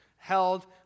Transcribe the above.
held